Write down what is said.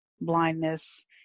blindness